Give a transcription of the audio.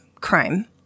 crime